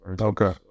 Okay